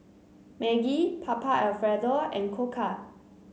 Maggi Papa Alfredo and Koka